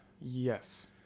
Yes